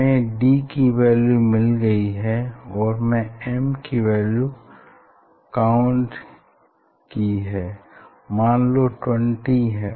हमें d की value मिल गई है और m की वैल्यू काउंट की है मान लो 20 है